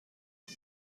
بود